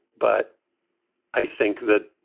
but i think the.